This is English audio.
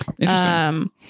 interesting